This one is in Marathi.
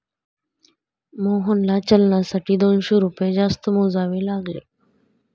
मोहनला चलनासाठी दोनशे रुपये जास्त मोजावे लागले